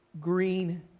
green